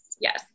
yes